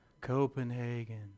Copenhagen